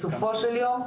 בסופו של יום,